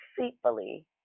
deceitfully